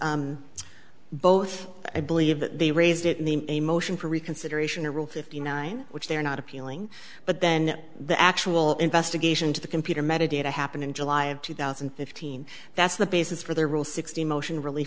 was both i believe that they raised it in the in a motion for reconsideration or rule fifty nine which they're not appealing but then the actual investigation to the computer metadata happened in july of two thousand and fifteen that's the basis for their rule sixty motion really